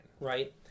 Right